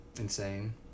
insane